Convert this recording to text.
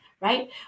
right